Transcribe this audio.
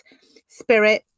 spirit